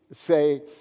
say